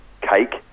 cake